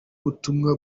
butumwa